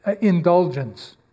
indulgence